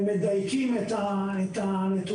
יש תקנו ת שהשר מקדם בימים אלה והם בהליכים מאוד